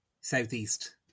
southeast